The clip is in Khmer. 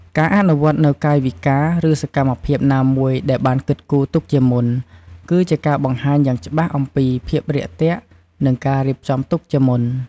ការអនុវត្តនូវកាយវិការ ឬសកម្មភាពណាមួយដែលបានគិតគូរទុកជាមុន គឺជាការបង្ហាញយ៉ាងច្បាស់អំពី ភាពរាក់ទាក់ និងការរៀបចំទុកជាមុន។